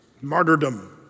Martyrdom